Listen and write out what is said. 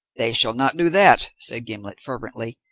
they shall not do that, said gimblet fervently.